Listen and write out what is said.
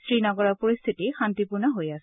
শ্ৰীনগৰৰ পৰিস্থিতি শান্তিপূৰ্ণ হৈ আছে